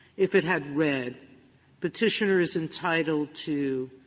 if it had read petitioner's entitled to